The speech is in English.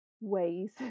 ways